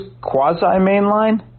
quasi-mainline